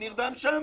מי נרדם שם?